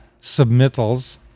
submittals